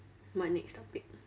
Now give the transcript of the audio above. what next topic